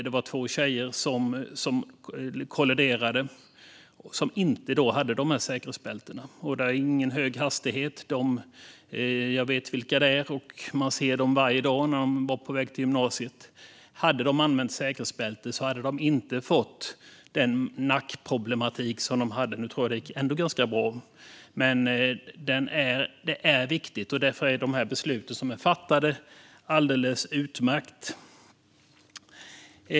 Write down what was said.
Det var två tjejer som kolliderade och inte hade säkerhetsbälte. Det var ingen hög hastighet. Jag vet vilka de var; man såg dem varje dag när de var på väg till gymnasiet. Hade de använt säkerhetsbälte hade de inte fått den nackproblematik de fick. Nu tror jag ändå att det gick ganska bra, men detta är viktigt. Därför är de beslut som är fattade alldeles utmärkta.